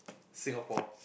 Singapore